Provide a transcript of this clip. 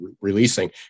releasing